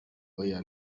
oya